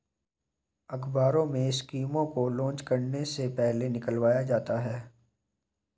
अखबारों में स्कीमों को लान्च करने से पहले निकलवाया जाता है